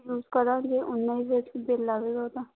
use ਕਰਾਂਗੇ ਉਨਾ ਹੀ ਫੇਰ ਬਿੱਲ ਆਵੇਗਾ ਉਹ ਤਾਂ